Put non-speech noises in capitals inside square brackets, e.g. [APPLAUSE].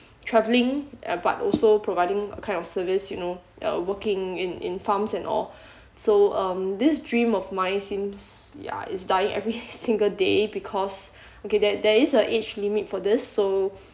travelling but also providing a kind of service you know uh working in in farms and all so um this dream of mine seems ya is dying every [LAUGHS] single day because okay there there is a age limit for this so